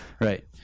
right